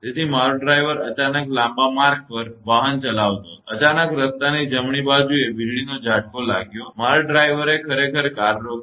તેથી મારો ડ્રાઇવર અચાનક લાંબા માર્ગ પર વાહન ચલાવતો હતો અચાનક રસ્તાની જમણી બાજુએ વીજળીનો ઝાટકો લાગ્યો મારા ડ્રાઈવર એ ખરેખર કાર રોકી